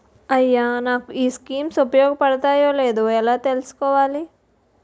అయ్యా నాకు ఈ స్కీమ్స్ ఉపయోగ పడతయో లేదో ఎలా తులుసుకోవాలి?